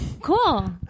Cool